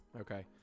Okay